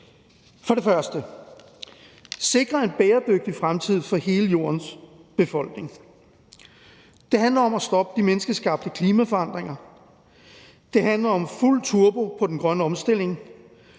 er det at sikre en bæredygtig fremtid for hele jordens befolkning. Det handler om at stoppe de menneskeskabte klimaforandringer, det handler om fuld turbo på den grønne omstilling,